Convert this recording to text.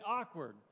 awkward